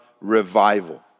revival